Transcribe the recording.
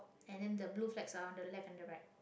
and then the blue flags are on the left and the right